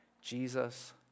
Jesus